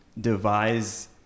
devise